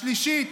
השלישית,